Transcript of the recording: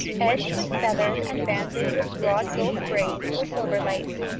edged with feathers and banded with broad gold braids or silver lace.